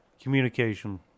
communication